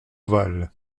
val